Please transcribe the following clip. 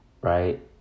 right